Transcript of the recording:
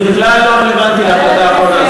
זה לא רלוונטי להחלטה האחרונה.